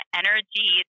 energy